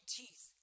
teeth